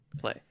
play